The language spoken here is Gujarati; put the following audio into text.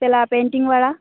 પેલા પેંટિંગ વાળા